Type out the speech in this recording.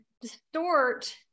distort